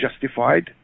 justified